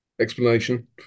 explanation